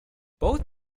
both